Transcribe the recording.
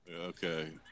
Okay